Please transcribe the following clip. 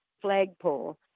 flagpole